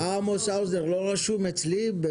עמוס האוזנר, בבקשה.